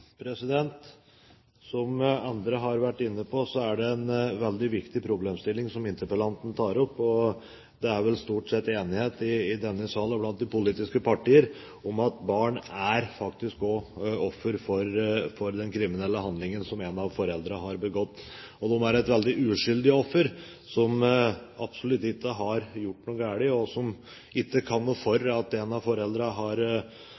Som andre har vært inne på, er det en veldig viktig problemstilling som interpellanten tar opp. Det er vel stort sett enighet i denne sal og blant de politiske partier om at barn faktisk også er ofre for den kriminelle handlingen som en av foreldrene har begått – og de er veldig uskyldige ofre, som absolutt ikke har gjort noe galt, som ikke kan noe for at en av foreldrene har